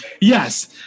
Yes